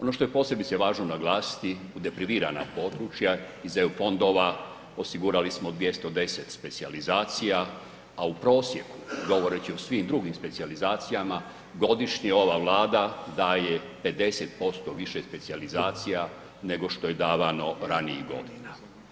Ono što je posebice važno naglasiti u deprivirana područja iz eu fondova osigurali smo 210 specijalizacija a u prosjeku govoreći o svim drugim specijalizacijama godišnje ova Vlada daje 50% više specijalizacija nego što je davano ranijih godina.